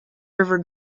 river